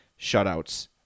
shutouts